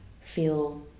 feel